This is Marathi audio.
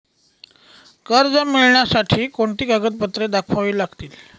कर्ज मिळण्यासाठी कोणती कागदपत्रे दाखवावी लागतील?